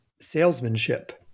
salesmanship